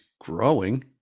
growing